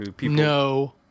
No